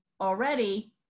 already